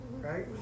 right